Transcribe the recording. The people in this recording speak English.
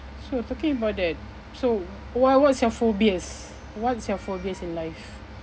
so talking about that so what what is your phobias what's your phobias in life